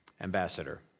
Ambassador